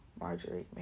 Marjorie